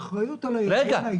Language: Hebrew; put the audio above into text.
האחריות היא על היבואן האישי?